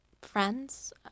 Friends